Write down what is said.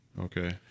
okay